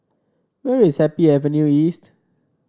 where is Happy Avenue East